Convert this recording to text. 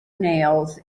nails